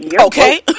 Okay